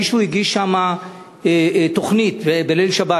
מישהו הגיש שם תוכנית בליל שבת,